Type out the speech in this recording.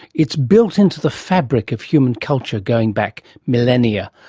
it's built into the fabric of human culture, going back millennia.